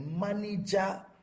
manager